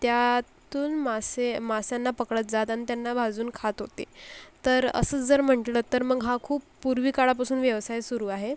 त्यातून मासे माश्यांना पकडत जात आणि त्यांना भाजून खात होते तर असंच जर म्हंटलं तर मग हा खूप पूर्वी काळापासून व्यवसाय सुरू आहे